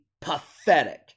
pathetic